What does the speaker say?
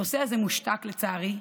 הנושא הזה מושתק, לצערי,